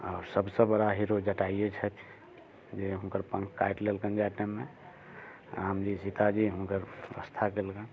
आओर सबसँ बड़ा हीरो जटायु छथि जे हुनकर पङ्ख काटि लेलकनि जाइ टाइममे राम जी सीताजी हुनकर व्यवस्था केलकनि